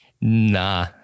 Nah